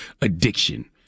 addiction